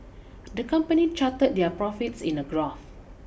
the company charted their profits in a graph